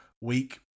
week